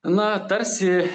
na tarsi